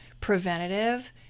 preventative